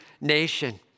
nation